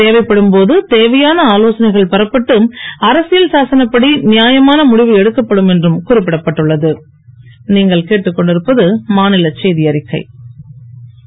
தேவைப்படும்போது தேவையான ஆலோசனைகள் பெறப்பட்டு அரசியல்சாசனப் படி நியாயமான முடிவு எடுக்கப்படும் என்றும் குறிப்பிடப்பட்டுள்ள து